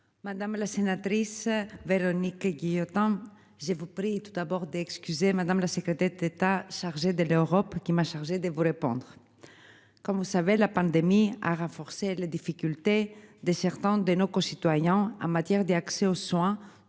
Madame la sénatrice Véronique Guillotin. Je vous prie tout d'abord d'excuser Madame la secrétaire d'État chargé de l'Europe qui m'a chargé de vous répondre. Comme vous savez, la pandémie a renforcé les difficultés de certains de nos concitoyens en matière d'accès aux soins,